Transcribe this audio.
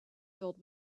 filled